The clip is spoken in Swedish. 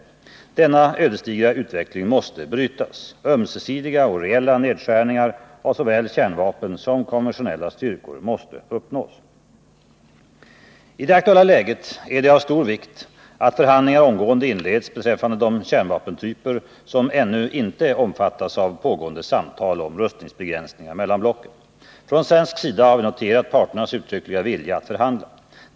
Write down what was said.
Denna ödesdigra utveckling måste brytas. Ömsesidiga och reella nedskärningar av såväl kärnvapen som konventionella styrkor måste uppnås. I det aktuella läget är det av stor vikt att förhandlingar omgående inleds beträffande de kärnvapentyper som ännu inte omfattas av pågående samtal om rustningsbegränsningar mellan blocken. Från svensk sida har vi noterat parternas uttryckliga vilja att förhandla.